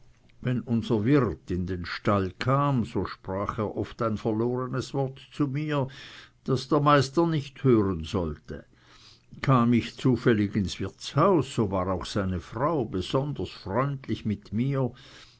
wenn unser wirt in den stall kam so sprach er oft ein verlornes wort zu mir das der meister nicht hören sollte kam ich zufällig ins wirtshaus so war auch seine frau besonders freundlich mit mir